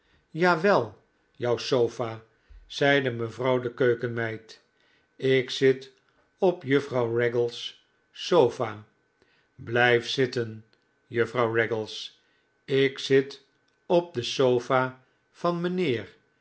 jawel jouw sofa zeide mevrouw de keukenmeid ik zit op juffrouw raggles sofa blijf zitten juffrouw raggles ik zit op de sofa van mijnheer